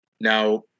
Now